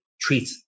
treat